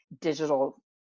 digital